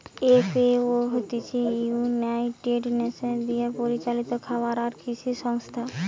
FAO হতিছে United Nations দিয়া পরিচালিত খাবার আর কৃষি সংস্থা